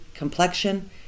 Complexion